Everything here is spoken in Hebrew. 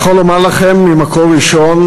אני יכול לומר לכם ממקור ראשון,